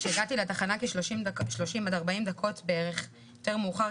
כשהגעתי לתחנה כ-30-40 דקות בערך יותר מאוחר,